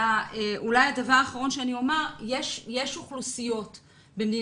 אולי הדבר האחרון שאני אומר זה שיש אוכלוסיות במדינת